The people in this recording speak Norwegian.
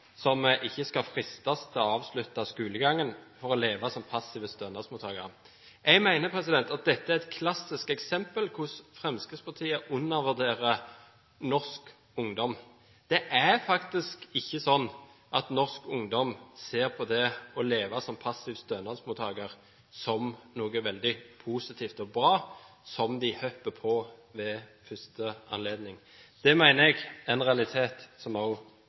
som ikke skal fristes til å avslutte skolegangen for å leve som passive stønadsmottakere. Jeg mener at dette er et klassisk eksempel på hvordan Fremskrittspartiet undervurderer norsk ungdom. Det er faktisk ikke sånn at norsk ungdom ser på det å leve som passiv stønadsmottaker som noe veldig positivt og bra, som de hopper på ved første anledning. Det mener jeg er en realitet som